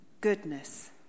goodness